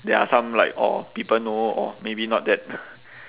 there are some like orh people know or maybe not that